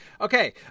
Okay